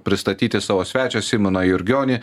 pristatyti savo svečią simoną jurgionį